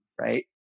right